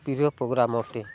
ପ୍ରିୟ programme ଅଟେ